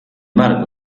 marco